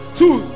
two